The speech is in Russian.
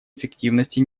эффективности